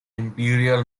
imperial